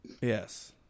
Yes